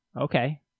Okay